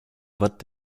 vote